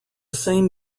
same